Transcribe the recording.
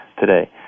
today